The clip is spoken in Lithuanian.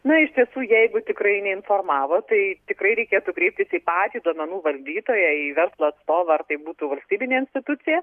na iš tiesų jeigu tikrai neinformavo tai tikrai reikėtų kreiptis į patį duomenų valdytoją į verslo atstovą ar tai būtų valstybinė institucija